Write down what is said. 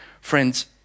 Friends